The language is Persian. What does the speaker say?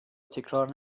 تکرار